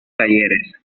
talleres